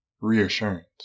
reassurance